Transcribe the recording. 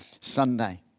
Sunday